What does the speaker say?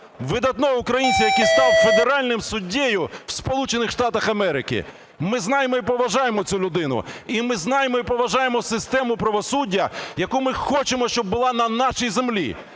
видатного українця, який став федеральним суддею в Сполучених Штатах Америки. Ми знаємо і поважаємо цю людину. І ми знаємо і поважаємо систему правосуддя, яку ми хочемо щоб була на нашій землі,